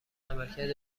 عملکرد